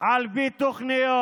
על פי תוכניות.